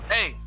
Hey